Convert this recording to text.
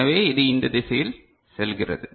எனவே இது இந்த திசையில் செல்கிறது